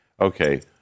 okay